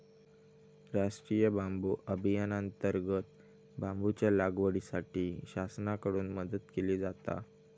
राष्टीय बांबू अभियानांतर्गत बांबूच्या लागवडीसाठी शासनाकडून मदत केली जाता